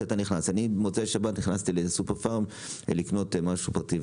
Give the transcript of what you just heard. אני במוצאי שבת נכנסתי לסופר פארם לקנות משהו פרטי,